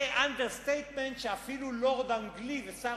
זה אנדרסטייטמנט שאפילו לורד אנגלי ושר